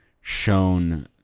shown